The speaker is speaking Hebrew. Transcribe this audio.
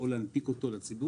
או החלטה להנפיק אותה לציבור.